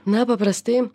na paprastai